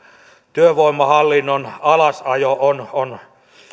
työvoimahallinnon alasajo on on